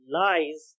lies